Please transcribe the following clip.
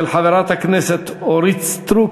מס' 387, של חברת הכנסת אורית סטרוק,